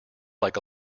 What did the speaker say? like